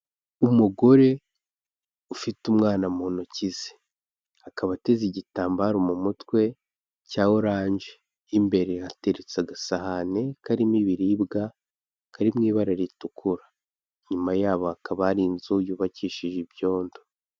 Umugore ufite umwana mu ntoki ze akaba ateze igitambaro mu mutwe cya oranje, imbere hateretse agasahane karimo ibiribwa kari mu ibara ritukura, inyuma yabo hakaba hari inzu yubakishije ibyondo.